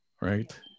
right